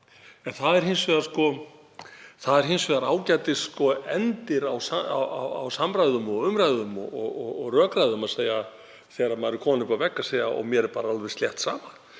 Það er hins vegar ágætisendir á samræðum og umræðum og rökræðum að segja þegar maður er kominn upp að vegg: Mér er bara alveg slétt sama.